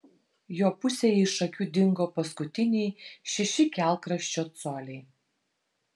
jo pusėje iš akių dingo paskutiniai šeši kelkraščio coliai